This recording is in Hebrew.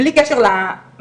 בלי קשר למכרז,